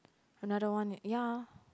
another one ya